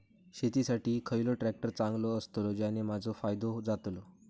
शेती साठी खयचो ट्रॅक्टर चांगलो अस्तलो ज्याने माजो फायदो जातलो?